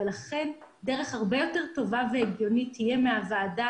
ולכן דרך הרבה יותר טובה והגיונית תהיה שהוועדה